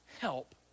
help